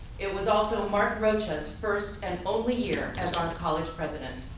it was also mark rocha's first and only year as our college president.